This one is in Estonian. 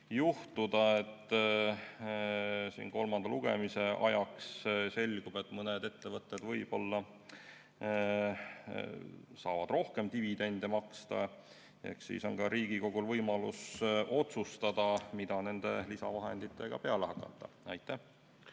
juhtuda, et kolmanda lugemise ajaks selgub, et mõned ettevõtted saavad rohkem dividende maksta. Siis on ka Riigikogul võimalus otsustada, mida nende lisavahenditega peale hakata. Aitäh!